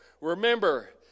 remember